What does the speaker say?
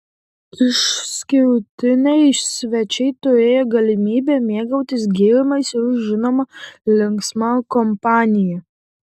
išskirtiniai svečiai turėjo galimybę mėgautis gėrimais ir žinoma linksma kompanija